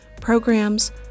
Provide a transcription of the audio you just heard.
programs